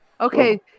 Okay